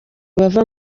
bava